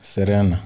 Serena